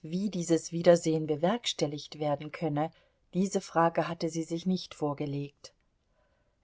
wie dieses wiedersehen bewerkstelligt werden könne diese frage hatte sie sich nicht vorgelegt